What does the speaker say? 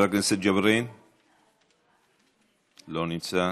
חבר הכנסת ג'בארין, לא נמצא,